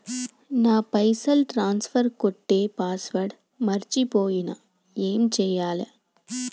నా పైసల్ ట్రాన్స్ఫర్ కొట్టే పాస్వర్డ్ మర్చిపోయిన ఏం చేయాలి?